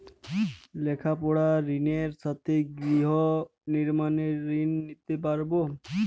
লেখাপড়ার ঋণের সাথে গৃহ নির্মাণের ঋণ নিতে পারব?